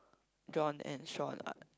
John and Shawn ah